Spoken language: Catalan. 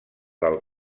del